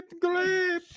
Great